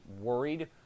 worried